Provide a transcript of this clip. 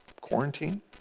quarantine